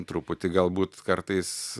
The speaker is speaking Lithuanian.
truputį galbūt kartais